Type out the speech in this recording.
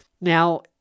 Now